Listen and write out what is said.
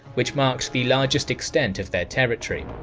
which marked the largest extent of their territory.